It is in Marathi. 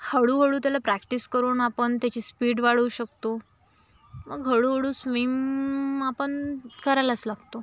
हळूहळू त्याला प्रॅक्टिस करून आपण त्याची स्पीड वाढवू शकतो मग हळूहळू स्विम आपण करायलाच लागतो